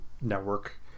network